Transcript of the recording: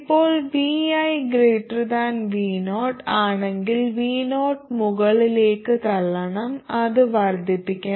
ഇപ്പോൾ vivo ആണെങ്കിൽ vo മുകളിലേക്ക് തള്ളണം അത് വർദ്ധിപ്പിക്കണം